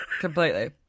Completely